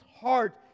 heart